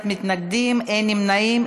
בעד 25 חברי כנסת, 31 מתנגדים, אין נמנעים.